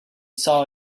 saw